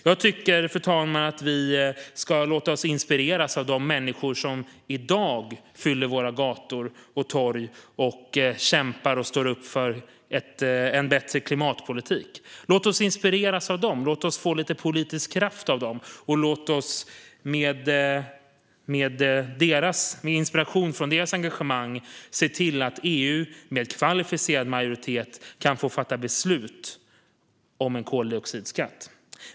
Fru talman! Jag tycker att vi ska låta oss inspireras av de människor som i dag fyller våra gator och torg, kämpar och står upp för en bättre klimatpolitik. Låt oss inspireras och få lite politisk kraft av dem. Låt oss med inspiration från deras engagemang se till att EU med kvalificerad majoritet kan få fatta beslut om en koldioxidskatt.